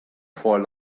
for